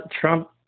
Trump